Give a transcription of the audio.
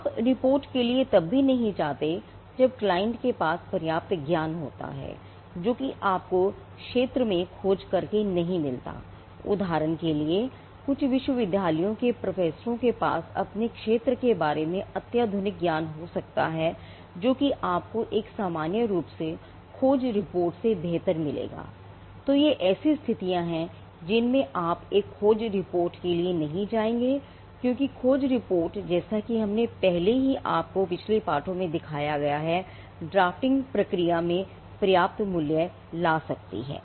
आप रिपोर्ट के लिए तब भी नहीं जाते जब क्लाइंट प्रक्रिया में पर्याप्त मूल्य ला सकती है